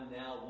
now